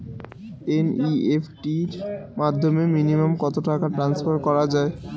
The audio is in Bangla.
এন.ই.এফ.টি র মাধ্যমে মিনিমাম কত টাকা টান্সফার করা যায়?